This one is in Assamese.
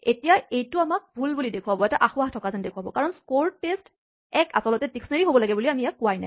এতিয়া এইটো আমাক ভুল বুলি দেখুৱাব কাৰণ স্ক'ৰ টেষ্ট১ আচলতে ডিস্কনেৰীঅভিধানহ'ব লাগে বুলি আমি ইয়াক কোৱা নাই